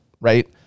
right